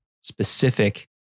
specific